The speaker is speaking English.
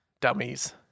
dummies